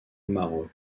maroc